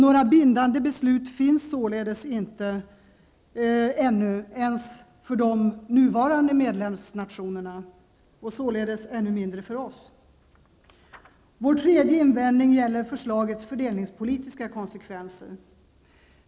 Några bindande beslut finns alltså ännu inte ens för de nuvarande medlemsnationerna -- och således ännu mindre för oss. Vår tredje invändning gäller förslagets fördelningspolitiska konsekvenser.